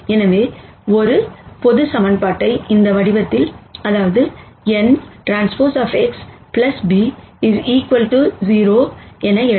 எனவே ஒரு பொது சமன்பாட்டை இந்த வடிவத்தில் nTX b 0 எழுதலாம்